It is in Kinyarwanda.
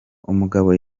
umugabo